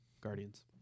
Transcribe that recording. Guardians